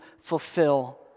fulfill